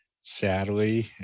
Sadly